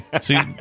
See